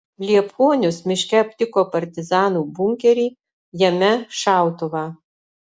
liepuonius miške aptiko partizanų bunkerį jame šautuvą